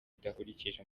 budakurikije